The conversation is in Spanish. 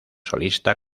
solista